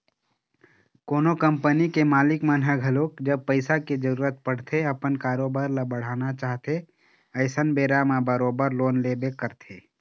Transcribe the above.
कोनो कंपनी के मालिक मन ह घलोक जब पइसा के जरुरत पड़थे अपन कारोबार ल बढ़ाना चाहथे अइसन बेरा म बरोबर लोन लेबे करथे